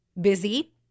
busy